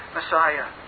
Messiah